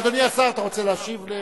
אדוני השר, אתה רוצה להשיב?